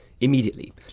immediately